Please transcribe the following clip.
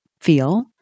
feel